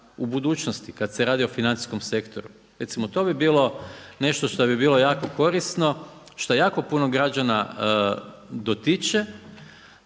u budućnosti kada se radi o financijskom sektoru. Recimo to bi bilo nešto što bi bilo jako korisno, što jako puno građana dotiče,